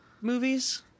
movies